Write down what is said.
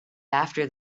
after